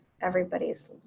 everybody's